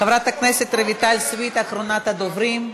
חברת הכנסת רויטל סויד, אחרונת הדוברים,